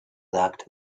sagt